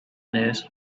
news